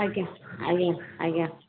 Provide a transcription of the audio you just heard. ଆଜ୍ଞା ଆଜ୍ଞା ଆଜ୍ଞା